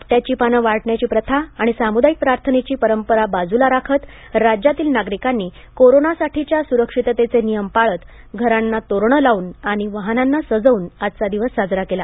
आपट्याची पानं वाटण्याची प्रथा आणि सामुदायिक प्रार्थनेची परंपरा बाजूला राखत राज्यातील नागरिकांनी कोरोनासाठीच्या सुरक्षिततेचे नियम पाळत घरांना तोरणं लावून आणि वाहनांना सजवून आजचा दिवस साजरा केला